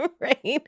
right